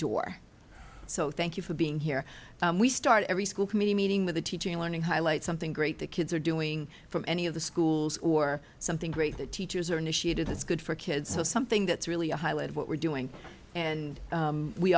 indoor so thank you for being here we start every school committee meeting with the teaching learning highlight something great the kids are doing from any of the schools or something great the teachers are initiated that's good for kids so something that's really a highlight of what we're doing and